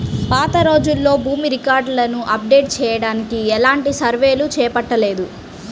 పాతరోజుల్లో భూమి రికార్డులను అప్డేట్ చెయ్యడానికి ఎలాంటి సర్వేలు చేపట్టలేదు